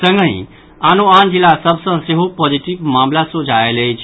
संगहि आनोआन जिला सभ सँ सेहो पॉजिटिव मामिला सोझा आयल अछि